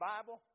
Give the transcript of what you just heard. Bible